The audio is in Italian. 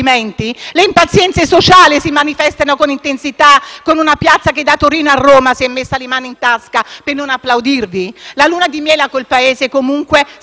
Le impazienze sociali si manifestano con intensità e con una piazza che, da Torino a Roma, si è messa le mani in tasca per non applaudirvi. La luna di miele col Paese sta comunque